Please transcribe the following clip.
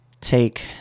take